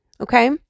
okay